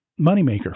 moneymaker